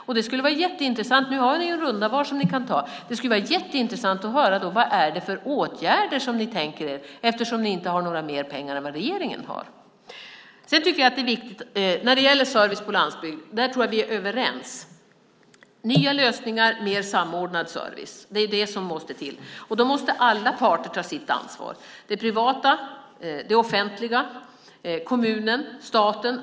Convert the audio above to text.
Nu har ni möjlighet till ytterligare ett inlägg, och då skulle det vara mycket intressant att få höra vilka åtgärder ni tänker er, eftersom ni inte har mer pengar än vad regeringen har. Vad gäller service på landsbygden tror jag att vi är överens om att nya lösningar och mer samordnad service är det som måste till, och då måste alla parter ta sitt ansvar - det privata, det offentliga, kommunerna, staten.